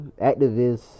activists